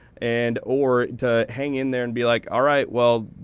and or to hang in there and be like, all right, well,